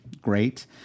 Great